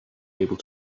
able